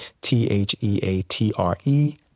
T-H-E-A-T-R-E